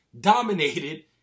dominated